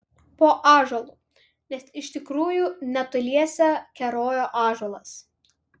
po ąžuolu nes iš tikrųjų netoliese kerojo ąžuolas